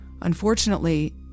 Unfortunately